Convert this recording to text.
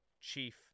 chief